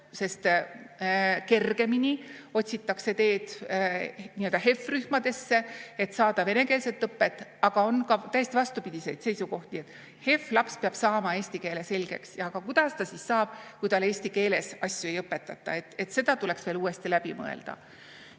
sest kergemini otsitakse teed nii-öelda HEV-rühmadesse, et saada venekeelset õpet. Aga on ka täiesti vastupidiseid seisukohti: HEV-laps peab saama eesti keele selgeks. Aga kuidas ta saab, kui talle eesti keeles asju ei õpetata? See tuleks uuesti läbi mõelda.